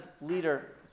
leader